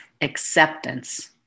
acceptance